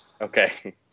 Okay